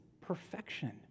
perfection